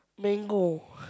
mango